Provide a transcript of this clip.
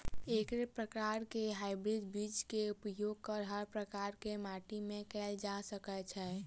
एके प्रकार केँ हाइब्रिड बीज केँ उपयोग हर प्रकार केँ माटि मे कैल जा सकय छै?